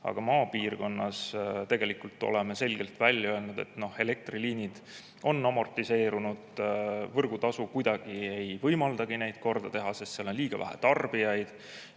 aga maapiirkonnas oleme selgelt välja öelnud, et elektriliinid on amortiseerunud, kuid võrgutasu ei võimalda neid korda teha, sest seal on liiga vähe tarbijaid.